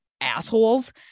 assholes